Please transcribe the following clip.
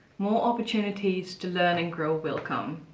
more opportunities to learn and grow will come!